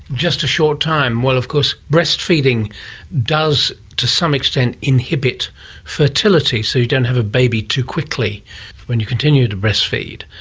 just a short time. well, of course, breastfeeding does to some extent inhibit fertility, so you don't have a baby too quickly when you continue to breastfeed.